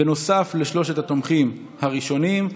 נוסף על שלושת התומכים הראשונים.